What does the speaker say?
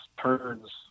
turns